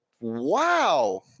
Wow